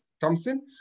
Thompson